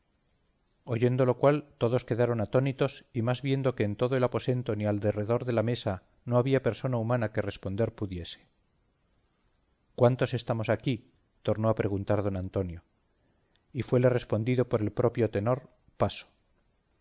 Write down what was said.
oyendo lo cual todos quedaron atónitos y más viendo que en todo el aposento ni al derredor de la mesa no había persona humana que responder pudiese cuántos estamos aquí tornó a preguntar don antonio y fuele respondido por el propio tenor paso